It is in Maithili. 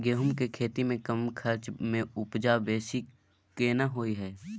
गेहूं के खेती में कम खर्च में उपजा बेसी केना होय है?